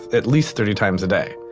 at least thirty times a day.